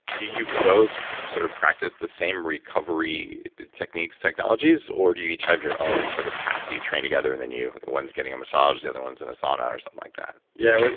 do you both sort of practice the same recovery techniques, technologies, or do you each have your own sort of paths? you train together and then one's getting a massage, the other one's in a sauna or something like that? yeah.